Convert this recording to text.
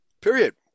Period